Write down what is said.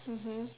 mmhmm